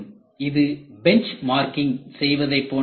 இது பெஞ்ச்மார்க்கிங் செய்வதைப் போன்ற ஒன்று